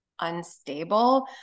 unstable